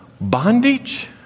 Bondage